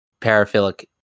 paraphilic